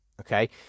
okay